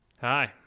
Hi